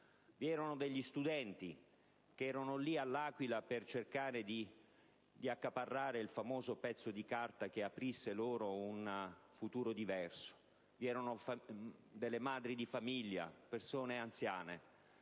vi erano degli studenti, che erano lì a L'Aquila per cercare di accaparrare il famoso pezzo di carta che aprisse loro un futuro diverso; vi erano delle madri di famiglia, persone anziane.